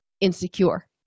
insecure